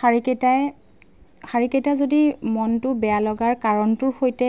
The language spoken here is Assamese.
শাৰীকেইটাই শাৰীকেইটা যদি মনটো বেয়া লগাৰ কাৰণটোৰ সৈতে